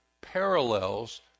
parallels